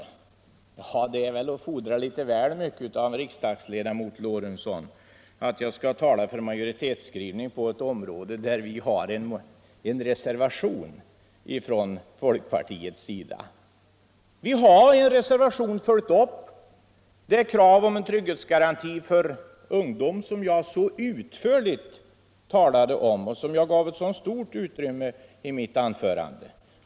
Ja, det är väl ändå att fordra litet väl mycket av en riksdagsledamot, herr Lorentzon, att han skall tala för utskottets skrivning i ett ärende där vi från folkpartiet har avgivit en reservation. Vi har ju här i en reservation följt upp det krav på en trygghetsgaranti för ungdom som jag så utförligt talade för och gav så stort utrymme åt i mitt anförande.